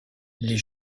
les